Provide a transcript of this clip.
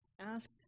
Ask